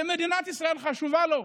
שמדינת ישראל חשובה לו,